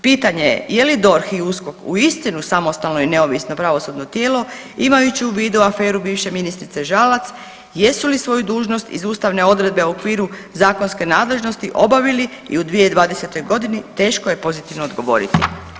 Pitanje je, je li DORH i USKOK uistinu samostalno i neovisno pravosudno tijelo, imajući u vidu aferu bivše ministrice Žalac, jesu li svoju dužnost iz ustavne odredbe u okviru zakonske nadležnosti obavili i u 2020.g. teško je pozitivno odgovoriti.